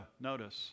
notice